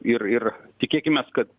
ir ir tikėkimės kad